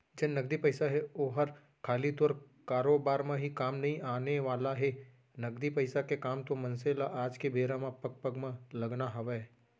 जेन नगदी पइसा हे ओहर खाली तोर कारोबार म ही काम नइ आने वाला हे, नगदी पइसा के काम तो मनसे ल आज के बेरा म पग पग म लगना हवय